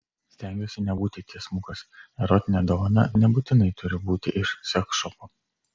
stengiuosi nebūti tiesmukas erotinė dovana nebūtinai turi būti iš seksšopo